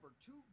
two